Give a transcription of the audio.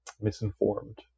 misinformed